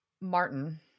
Martin